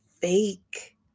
fake